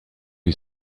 you